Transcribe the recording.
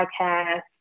podcast